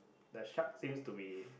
the shark seems to be